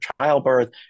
childbirth